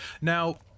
Now